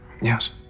Yes